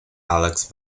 alex